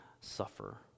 suffer